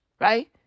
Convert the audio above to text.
Right